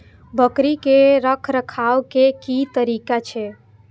बकरी के रखरखाव के कि तरीका छै?